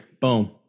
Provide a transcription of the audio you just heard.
Boom